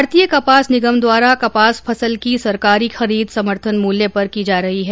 भारतीय कपास निगम द्वारा कपास फसल की सरकारी खरीद समर्थन मूल्य पर की जा रही है